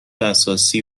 اساسی